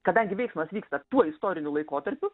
kadangi veiksmas vyksta tuo istoriniu laikotarpiu